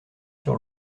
sur